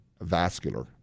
vascular